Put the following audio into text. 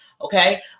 okay